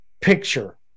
picture